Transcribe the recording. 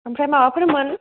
ओमफ्राय माबाफोरमोन